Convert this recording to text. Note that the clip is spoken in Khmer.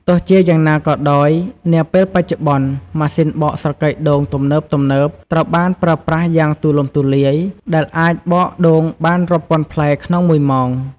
ទោះជាយ៉ាងណាក៏ដោយ នាពេលបច្ចុប្បន្ន ម៉ាស៊ីនបកស្រកីដូងទំនើបៗត្រូវបានប្រើប្រាស់យ៉ាងទូលំទូលាយ ដែលអាចបកដូងបានរាប់ពាន់ផ្លែក្នុងមួយម៉ោង។